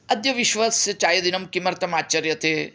अद्य विश्वस्य चायदिनं किमर्थम् आचर्यते